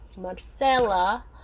Marcella